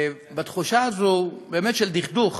בתחושה של דכדוך